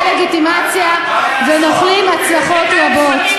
הדה-לגיטימציה ונוחלים הצלחות רבות.